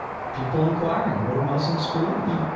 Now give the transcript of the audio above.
people inquiring, what do muslims believe?